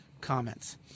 comments